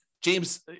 james